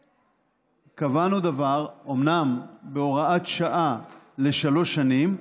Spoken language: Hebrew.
קבענו דבר, אומנם בהוראת שעה לשלוש שנים,